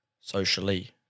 Socially